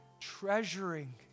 treasuring